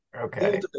Okay